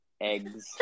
eggs